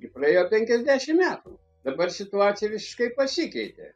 ir praėjo penkiasdešimt metų dabar situacija visiškai pasikeitė